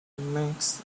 emacs